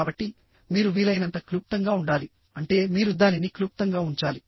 కాబట్టి మీరు వీలైనంత క్లుప్తంగా ఉండాలి అంటే మీరు దానిని క్లుప్తంగా ఉంచాలి